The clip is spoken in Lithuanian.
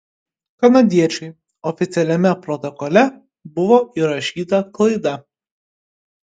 kanadiečiui oficialiame protokole buvo įrašyta klaida